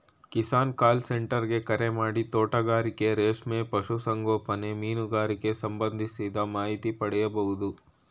Kisan call centre ಗೆ ಕರೆಮಾಡಿ ತೋಟಗಾರಿಕೆ ರೇಷ್ಮೆ ಪಶು ಸಂಗೋಪನೆ ಮೀನುಗಾರಿಕೆಗ್ ಸಂಬಂಧಿಸಿದ ಮಾಹಿತಿ ಪಡಿಬೋದು